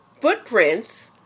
footprints